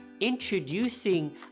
introducing